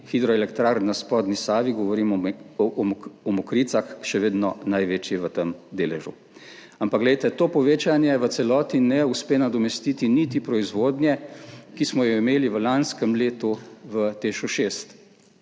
hidroelektrarn na spodnji Savi, govorimo o Mokricah, še vedno največji v tem deležu. Ampak to povečanje v celoti ne uspe nadomestiti niti proizvodnje, ki smo jo imeli v lanskem letu v Teš 6.